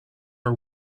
are